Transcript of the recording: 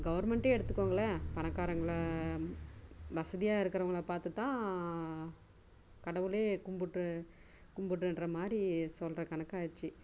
கவர்ன்மெண்ட்டே எடுத்துக்கோங்களேன் பணக்காரங்கள வசதியாக இருக்கிறவங்கள பார்த்து தான் கடவுளே கும்பிட்டு கும்பிட்டுருக்குற மாதிரி சொல்கிற கணக்காச்சு